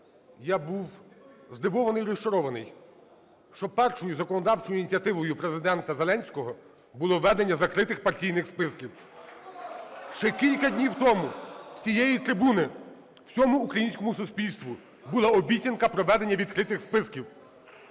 я був здивований і розчарований, що першою законодавчою ініціативою Президента Зеленського було введення закритих партійних списків. Ще кілька днів тому з цієї трибуни всьому українському суспільству була обіцянка про введення відкритих списків.